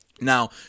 Now